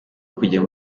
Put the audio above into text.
kujya